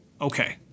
Okay